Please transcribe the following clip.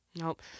Nope